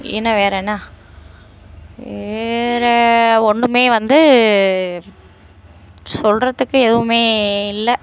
என்ன வேறு என்ன வேறு ஒன்றுமே வந்து சொல்கிறதுக்கு எதுவுமே இல்லை